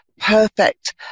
perfect